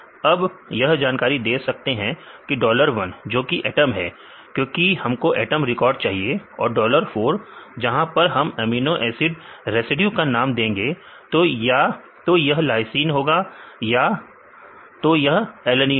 अब यह जानकारी दे सकते हैं कि डॉलर 1 जो की एटम है क्योंकि हमको एटम रिकॉर्ड चाहिए और डॉलर 4 जहां पर हम एमिनो एसिड रेसिड्यू का नाम देंगे तो या तो यह लाइसिन होगा या तो यह एलेलीन होगा